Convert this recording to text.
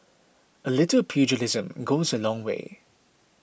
a little pugilism goes a long way